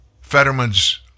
Fetterman's